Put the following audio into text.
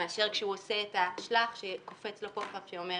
מאשר כשהוא עושה את ה"שלח" כשקופץ לו פה pop up שאומר